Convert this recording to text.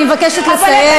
אני מבקשת לסיים.